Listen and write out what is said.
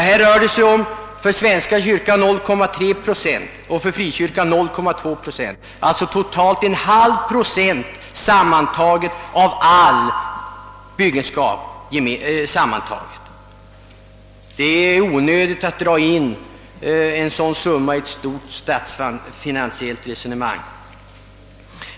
Här rör det sig om 0,3 procent för den svenska kyrkan och 0,2 procent för frikyrkan, alltså totalt en halv procent av all byggenskap. Det är onödigt att dra in en sådan summa i ett stort statsfinansiellt resonemang.